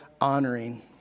honoring